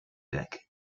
deck